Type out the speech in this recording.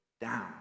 down